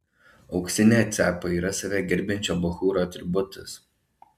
auksinė cepa yra save gerbiančio bachūro atributas